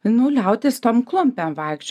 nu liautis tom klumpėm vaikšč